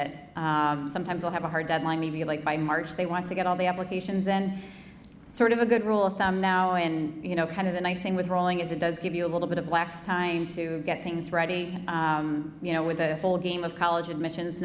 it sometimes they'll have a hard deadline maybe like by march they want to get all the applications and it's sort of a good rule of thumb now and you know kind of the nice thing with rolling is it does give you a little bit of lax time to get things ready you know with the whole game of college admissions